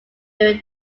during